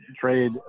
trade